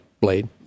blade